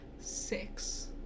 Six